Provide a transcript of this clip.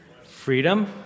Freedom